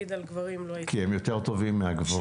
כי הן יותר טובות מהגברים.